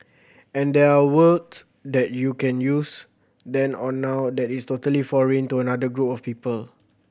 and there words that you can use then or now that is totally foreign to another group of people